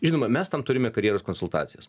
žinoma mes tam turime karjeros konsultacijas